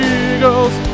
eagles